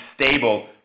stable